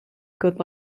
good